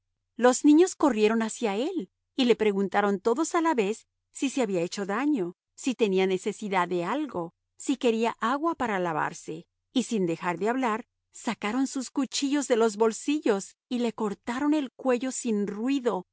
los niños corrieron hacia él y le preguntaron todos a la vez si se había hecho daño si tenía necesidad de algo si quería agua para lavarse y sin dejar de hablar sacaron sus cuchillos de los bolsillos y le cortaron el cuello sin ruido